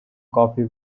coffee